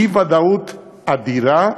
אי-ודאות אדירה,